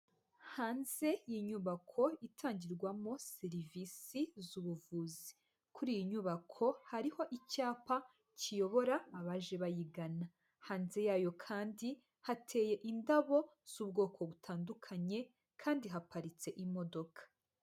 Hanze y'inyubako itangirwamo serivisi z'ubuvuzi, kuri iyi nyubako hariho icyapa kiyobora abaje bayigana, hanze yayo kandi hateye indabo z'ubwoko butandukanye kandi haparitse imodoka.